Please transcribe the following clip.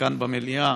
כאן במליאה.